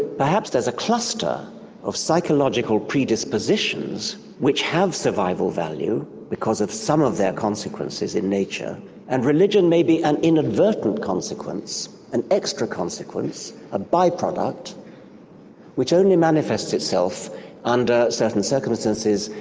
perhaps there's a cluster of psychological predispositions which have survival value because of some of their consequences in nature and religion may be an inadvertent consequence, an extra consequence, a by-product which only manifests itself under certain circumstances,